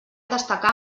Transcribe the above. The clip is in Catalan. destacar